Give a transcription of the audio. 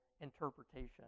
interpretation